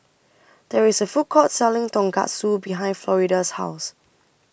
There IS A Food Court Selling Tonkatsu behind Florida's House